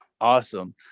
Awesome